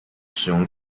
食用